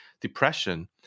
depression